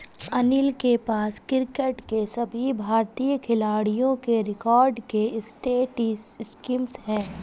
अनिल के पास क्रिकेट के सभी भारतीय खिलाडियों के रिकॉर्ड के स्टेटिस्टिक्स है